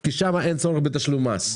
כי שם אין צורך בתשלום מס?